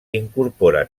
incorpora